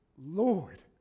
Lord